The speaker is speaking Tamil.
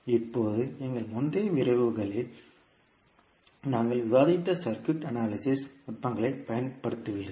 இப்போது எங்கள் முந்தைய விரிவுரைகளில் நாங்கள் விவாதித்த சர்க்யூட் அனாலிசிஸ் நுட்பங்களைப் பயன்படுத்துவீர்கள்